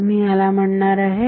तर मी ह्याला म्हणणार आहे